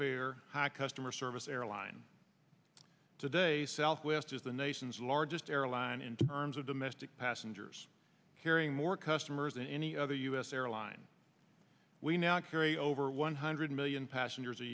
fare high customer service airline today southwest is the nation's largest airline in terms of domestic passengers hearing more customers than any other u s airline we now carry over one hundred million passengers a